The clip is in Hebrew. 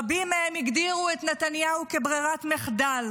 רבים מהם הגדירו את נתניהו כברירת מחדל,